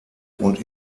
und